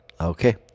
Okay